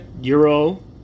Euro